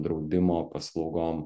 draudimo paslaugom